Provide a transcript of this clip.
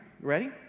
ready